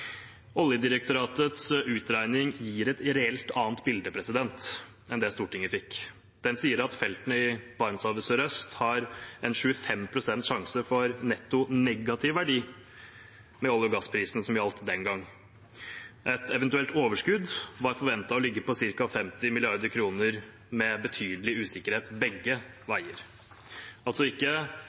Oljedirektoratets utregning gir et reelt annet bilde enn det Stortinget fikk. Den sier at feltene i Barentshavet sørøst har en 25 pst. sjanse for netto negativ verdi med olje- og gassprisene som gjaldt den gang. Et eventuelt overskudd var forventet å ligge på ca. 50 mrd. kr, med betydelig usikkerhet begge veier – altså ikke